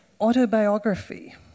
Autobiography